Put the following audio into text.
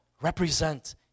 represent